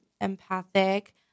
empathic